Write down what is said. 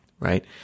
Right